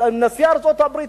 עם נשיא ארצות-הברית,